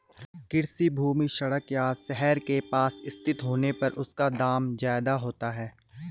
कृषि भूमि सड़क या शहर के पास स्थित होने पर उसका दाम ज्यादा होता है